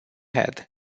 head